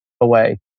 away